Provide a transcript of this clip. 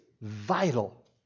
vital